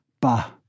Bah